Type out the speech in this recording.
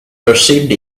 perceived